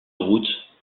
route